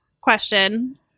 question